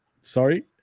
sorry